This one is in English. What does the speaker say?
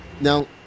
Now